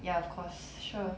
ya of course sure